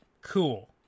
cool